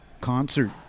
concert